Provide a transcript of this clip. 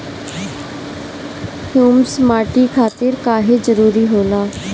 Humus माटी खातिर काहे जरूरी होला?